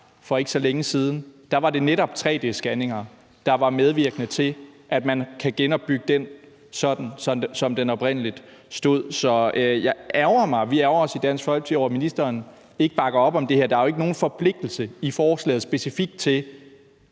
for ikke så længe siden, var det netop tre-d-scanninger, der var medvirkende til, at man kan genopbygge den sådan, som den oprindelig stod. Så vi ærgrer os i Dansk Folkeparti over, at ministeren ikke bakker op om det her, og der er jo i forslaget ikke nogen forpligtelse til den ramme, man specifikt skal